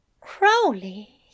Crowley